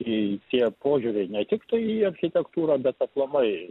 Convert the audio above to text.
į tie požiūriai ne tikai į architektūrą bet aplamai